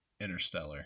Interstellar